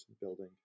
building